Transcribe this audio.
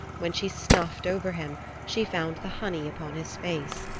when she snuffed over him she found the honey upon his face.